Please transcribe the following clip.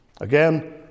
Again